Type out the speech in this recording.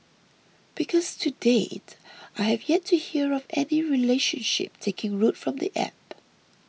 because to date I have yet to hear of any relationship taking root from the app